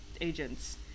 Agents